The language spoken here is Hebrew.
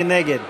מי נגד?